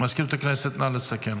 מזכירות הכנסת, נא לסכם.